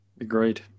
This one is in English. agreed